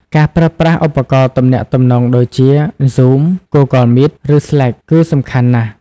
ការប្រើប្រាស់ឧបករណ៍ទំនាក់ទំនងដូចជា Zoom, Google Meet ឬ Slack គឺសំខាន់ណាស់។